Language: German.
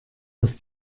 aus